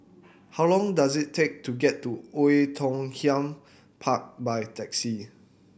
how long does it take to get to Oei Tiong Ham Park by taxi